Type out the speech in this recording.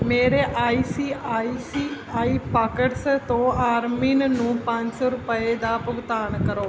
ਮੇਰੇ I C I C I pockets ਤੋਂ ਅਰਮਿਨ ਨੂੰ ਪੰਜ ਸੌ ਰੁਪਏ ਦਾ ਭੁਗਤਾਨ ਕਰੋ